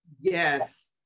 Yes